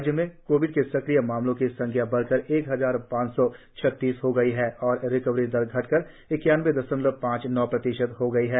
राज्य में कोविड के सक्रिय मामलों की संख्या बढ़कर एक हजार पांच सौ छत्तीस हो गई है और रिकवरी दर घटकर इक्यानबे दशमलव पांच नौ प्रतिशत रह गई है